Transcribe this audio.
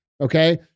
okay